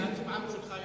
ההצבעה שלך יכולה